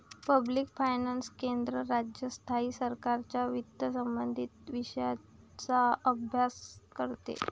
public finance केंद्र, राज्य, स्थायी सरकारांच्या वित्तसंबंधित विषयांचा अभ्यास करते